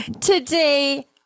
today